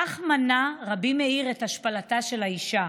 כך מנע רבי מאיר את השפלתה של האישה.